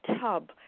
tub